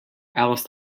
alice